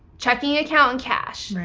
checking account and cash.